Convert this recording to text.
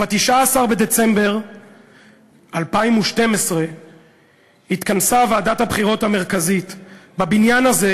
ב-19 בדצמבר 2012 התכנסה ועדת הבחירות המרכזית בבניין הזה